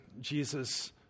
Jesus